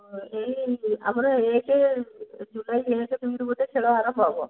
ଆଉ ଏଇ ଆମର ଏକ ଜୁଲାଇ ଏକ ଦୁଇରୁ ବୋଧେ ଖେଳ ଆରମ୍ଭ ହେବ